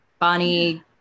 Bonnie